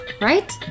Right